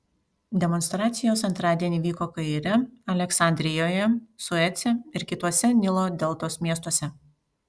demonstracijos antradienį vyko kaire aleksandrijoje suece ir kituose nilo deltos miestuose